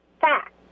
fact